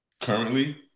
Currently